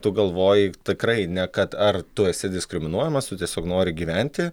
tu galvoji tikrai ne kad ar tu esi diskriminuojamas tu tiesiog nori gyventi